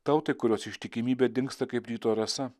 tautai kurios ištikimybė dingsta kaip ryto rasa